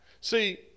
See